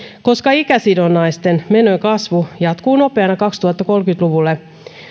koska ikäsidonnaisten menojen kasvu jatkuu nopeana kaksituhattakolmekymmentä luvulle